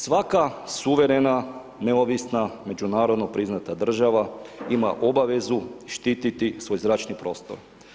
Svaka suverena, neovisna, međunarodno priznata država ima obavezu štititi svoj zračni prostor.